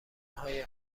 های